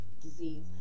disease